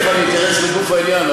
מה השתנה?